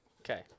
Okay